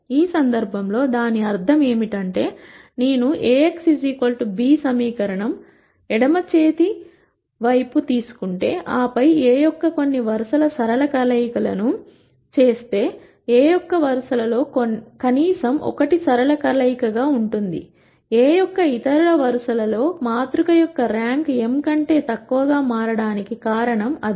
ఈ సందర్భంలో దాని అర్థం ఏమిటంటే నేను Ax b సమీకరణం ఎడమ చేతి వైపు తీసుకుంటే ఆపై A యొక్క కొన్ని వరుసల సరళ కలయికలను చేస్తే A యొక్క వరుసలలో కనీసం ఒకటి సరళ కలయికగా ఉంటుంది A యొక్క ఇతర వరుసలలో మాతృక యొక్క ర్యాంక్ m కంటే తక్కువగా మారడానికి కారణం అదే